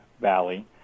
Valley